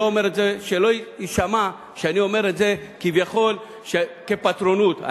שלא יישמע שאני אומר את זה כביכול בפטרונות.